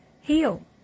heal